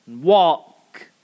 walk